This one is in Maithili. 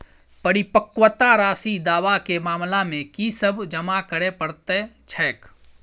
परिपक्वता राशि दावा केँ मामला मे की सब जमा करै पड़तै छैक?